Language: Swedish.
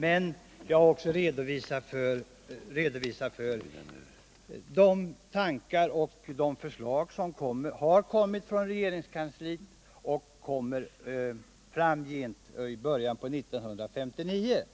Samtidigt har jag redovisat de tankar och förslag som har kommit och som kommer i början av 1979 från regeringskansliet.